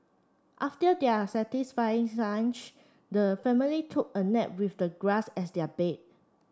after their satisfying lunch the family took a nap with the grass as their bed